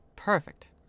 perfect